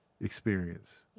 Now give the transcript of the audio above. experience